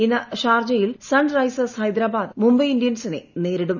ഇന്ന് ഷാർജയിൽ Sunrisers Hyderabad Mumbai ഇന്ത്യൻസിനെ നേരിടും